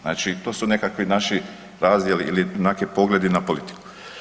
Znači to su nekakvi naši razdjeli ili neki pogledi na politiku.